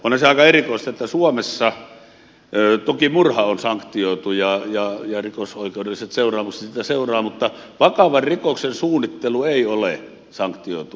onhan se aika erikoista että suomessa toki murha on sanktioitu ja rikosoikeudelliset seuraamukset siitä seuraa mutta vakavan rikoksen suunnittelu ei ole sanktioitu rikosoikeudellisesti